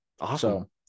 awesome